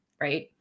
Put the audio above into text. right